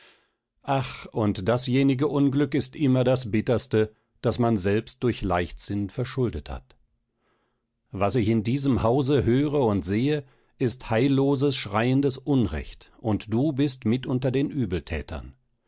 ach und dasjenige unglück ist immer das bitterste das man selbst durch leichtsinn verschuldet hat was ich in diesem hause höre und sehe ist heilloses schreiendes unrecht und du bist mit unter den übelthätern